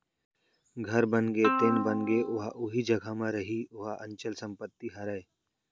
घर बनगे तेन बनगे ओहा उही जघा म रइही ओहा अंचल संपत्ति हरय